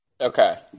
Okay